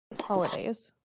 holidays